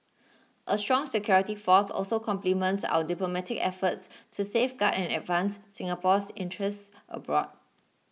a strong security force also complements our diplomatic efforts to safeguard and advance Singapore's interests abroad